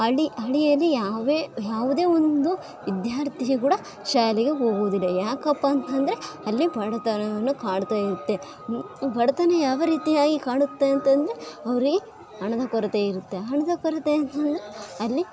ಹಳ್ಳಿ ಹಳ್ಳಿಯಲ್ಲಿ ಯಾವೆ ಯಾವುದೇ ಒಂದು ವಿಧ್ಯಾರ್ಥಿಯು ಕೂಡ ಶಾಲೆಗೆ ಹೋಗುದಿಲ್ಲ ಯಾಕಪ್ಪ ಅಂತಂದರೆ ಅಲ್ಲಿ ಬಡತನವನ್ನು ಕಾಡ್ತಾ ಇರುತ್ತೆ ಬಡತನ ಯಾವ ರೀತಿಯಾಗಿ ಕಾಡುತ್ತೆ ಅಂತ ಅಂದರೆ ಅವರಿಗೆ ಹಣದ ಕೊರತೆ ಇರುತ್ತೆ ಹಣದ ಕೊರತೆ ಅಂತೇಳಿ ಅಲ್ಲಿ